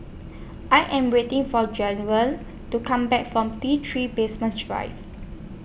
I Am waiting For Jairo to Come Back from T three Basement Drive